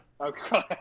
Okay